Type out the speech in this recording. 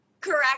Correct